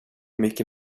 mycket